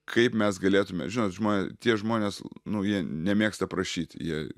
kaip mes galėtume žinot žmo tie žmonės nu jie nemėgsta prašyt jie